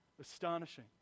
astonishing